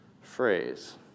phrase